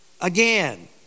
again